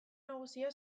nagusia